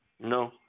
No